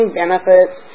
benefits